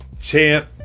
champ